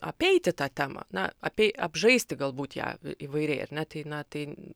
apeiti tą temą na apei apžaisti galbūt ją įvairiai ar ne tai na tai